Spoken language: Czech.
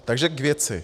Takže k věci.